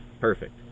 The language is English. Perfect